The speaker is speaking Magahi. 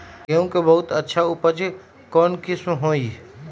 गेंहू के बहुत अच्छा उपज कौन किस्म होई?